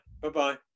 Bye-bye